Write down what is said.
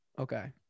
Okay